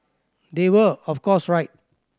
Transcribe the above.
they were of course right